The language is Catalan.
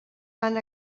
van